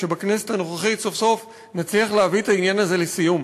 שבכנסת הנוכחית סוף-סוף נצליח להביא את העניין הזה לסיום.